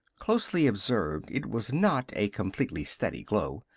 closely observed, it was not a completely steady glow.